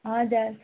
हजुर